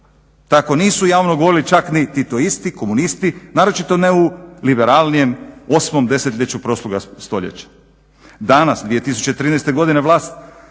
Tako nisu javno govorili čak ni titoisti, komunisti, naročito ne u liberalnijem 8. desetljeću prošloga stoljeća. Danas, 2013. godine vlast